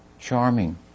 Charming